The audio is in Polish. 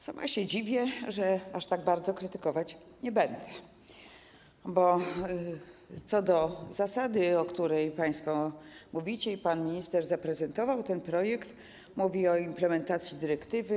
Sama się dziwię, że aż tak bardzo krytykować nie będę, bo co do zasady, o której państwo mówicie i co pan minister zaprezentował, ten projekt mówi o implementacji dyrektywy.